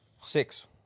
Six